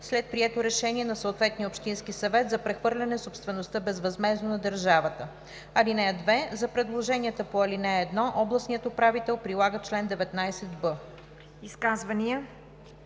след прието решение на съответния общински съвет за прехвърляне собствеността безвъзмездно на държавата. (2) За предложенията по ал. 1 областният управител прилага чл. 196.“